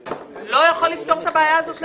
לא יכול לפתור את הבעיה הזאת לבדו.